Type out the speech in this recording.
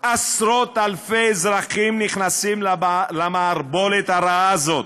עשרות-אלפי אזרחים נכנסים למערבולת הרעה הזאת.